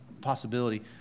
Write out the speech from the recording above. possibility